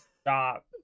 Stop